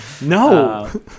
No